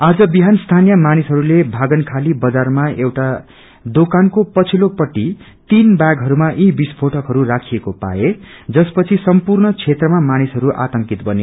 आज विहान स्थानीय मानिसहरू ले भागनखाली बजारमा एउटा दोकानको पिछत्लो पट्टि तीन बैगहरूमा यी विस्फ्रेटकहरू राखिएको पाए जसपछि सष्पूग्र क्षेत्रमा मानिसहरू आतंकित बने